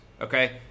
okay